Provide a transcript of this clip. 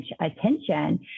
attention